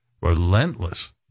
relentless